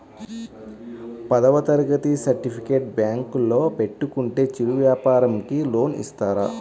పదవ తరగతి సర్టిఫికేట్ బ్యాంకులో పెట్టుకుంటే చిరు వ్యాపారంకి లోన్ ఇస్తారా?